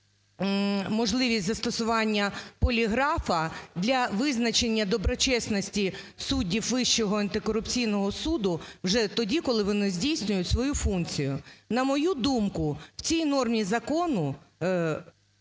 можливість застосування поліграфа для визначення доброчесності суддів Вищого антикорупційного суду вже тоді, коли вони здійснюють свою функцію. На мою думку, в цій нормі закону,